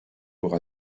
pour